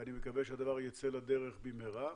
ואני מקווה שהדבר ייצא לדרך במהרה,